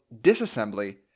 disassembly